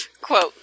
quote